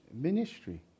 ministry